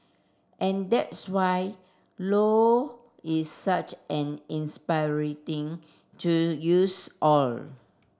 and that's why Low is such an inspiration in to use all